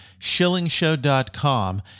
shillingshow.com